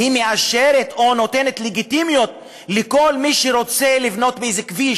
מאשרים או נותנים לגיטימיות לכל מי שרוצה לבנות באיזה כביש